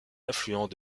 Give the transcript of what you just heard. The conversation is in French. affluent